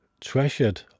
treasured